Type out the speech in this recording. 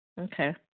Okay